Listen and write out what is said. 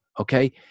okay